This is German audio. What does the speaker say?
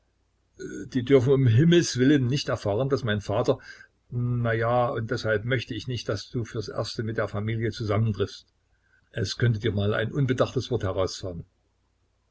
die dürfen um himmelswillen nicht erfahren daß mein vater na ja und deshalb möchte ich nicht daß du fürs erste mit der familie zusammentriffst es könnte dir mal ein unbedachtes wort herausfahren